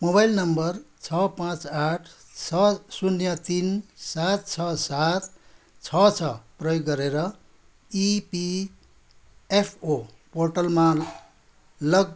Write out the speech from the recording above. mobile number छ पाँच आठ छ शून्य तिन सात छ सात छ छ प्रयोग गरेर इपिएफओ पोर्टलमा लग